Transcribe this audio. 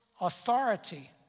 authority